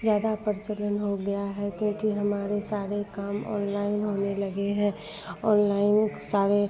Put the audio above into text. ज़्यादा प्रचलन हो गया है क्योंकि हमारे सारे काम ऑनलाइन होने लगे हैं ऑनलाइन सारे